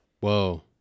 whoa